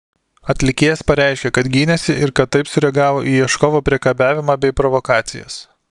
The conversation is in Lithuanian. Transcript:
atlikėjas pareiškė kad gynėsi ir kad taip sureagavo į ieškovo priekabiavimą bei provokacijas